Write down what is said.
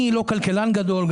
אני לא כלכלן גדול,